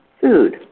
food